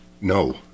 No